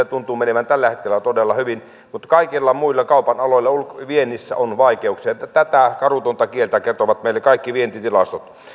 tuntuu menevän todella hyvin mutta kaikilla muilla kaupan aloilla viennissä on vaikeuksia tätä karua kieltä kertovat meille kaikki vientitilastot